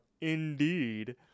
indeed